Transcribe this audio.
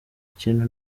kintu